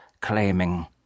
claiming